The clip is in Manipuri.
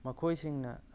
ꯃꯈꯣꯏꯁꯤꯡꯅ